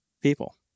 people